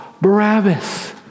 Barabbas